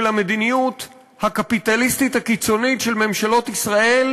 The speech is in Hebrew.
של המדיניות הקפיטליסטית הקיצונית של ממשלות ישראל,